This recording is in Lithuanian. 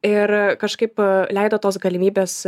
ir kažkaip leido tos galimybės